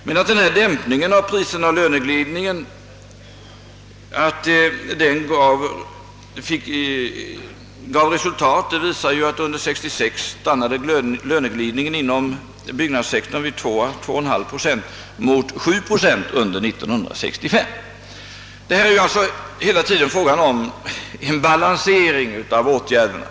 Men att denna dämpning av priserna och löneglidningen gav resultat visas av att under 1966 löneglidningen inom byggnadssektorn stannade vid 2 å 2,5 procent mot 7 procent under 1965. Det är alltså hela tiden fråga om en balansering av åtgärderna.